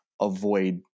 avoid